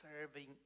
serving